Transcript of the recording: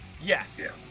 Yes